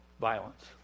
violence